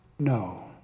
No